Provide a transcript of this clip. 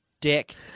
dick